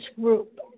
group